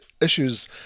issues